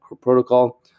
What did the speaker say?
protocol